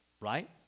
right